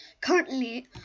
Currently